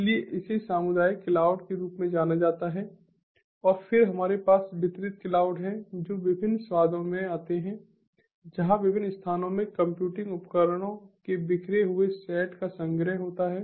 इसलिए इसे सामुदायिक क्लाउड के रूप में जाना जाता है और फिर हमारे पास वितरित क्लाउड हैं जो विभिन्न स्वादों में आते हैं जहां विभिन्न स्थानों में कंप्यूटिंग उपकरणों के बिखरे हुए सेट का संग्रह होता है